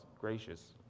gracious